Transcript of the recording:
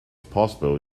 possible